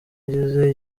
ngize